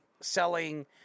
selling